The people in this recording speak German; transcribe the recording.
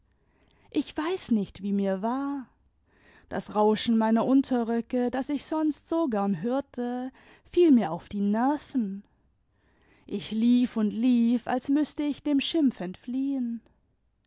ich weiß nicht wie mir war das rauschen meiner unterröcke das ich sonst so gern hörte fiel mir auf die nerven ich lief und lief als müßte ich dem schimpf entfliehen